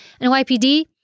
NYPD